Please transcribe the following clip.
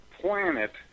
planet